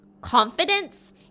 confidence